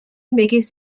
megis